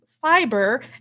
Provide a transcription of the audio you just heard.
fiber